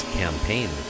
campaign